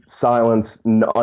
silence